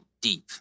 deep